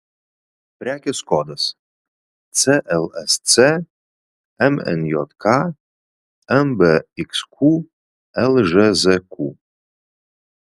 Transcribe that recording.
prekės kodas clsc mnjk mbxq lžzq